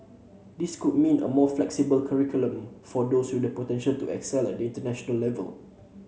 this could mean a more flexible curriculum for those with the potential to excel at the international level